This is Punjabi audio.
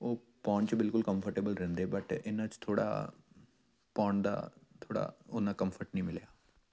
ਉਹ ਪਾਉਣ 'ਚ ਬਿਲਕੁਲ ਕੰਫਰਟੇਬਲ ਰਹਿੰਦੇ ਬਟ ਇਹਨਾਂ 'ਚ ਥੋੜ੍ਹਾ ਪਾਉਣ ਦਾ ਥੋੜ੍ਹਾ ਉੱਨਾ ਕੰਫਰਟ ਨਹੀਂ ਮਿਲਿਆ